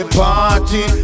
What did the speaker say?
party